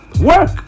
work